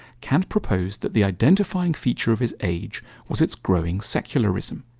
kant proposed that the identifying feature of his age was its growing secularism.